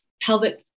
pelvic